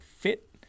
fit